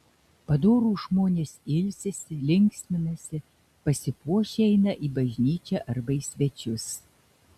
padorūs žmonės ilsisi linksminasi pasipuošę eina į bažnyčią arba į svečius